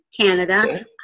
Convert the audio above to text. Canada